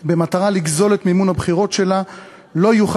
במטרה לגזול את מימון הבחירות שלה לא יוכל